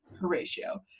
Horatio